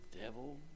devil